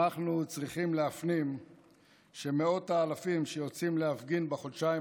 אנחנו צריכים להפנים שמאות האלפים שיוצאים להפגין בחודשיים